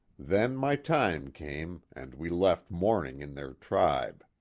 then my time came, and we left mourning in their tribe.